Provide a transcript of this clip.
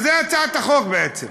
זאת הצעת החוק בעצם.